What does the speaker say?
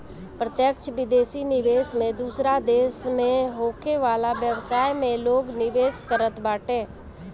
प्रत्यक्ष विदेशी निवेश में दूसरा देस में होखे वाला व्यवसाय में लोग निवेश करत बाटे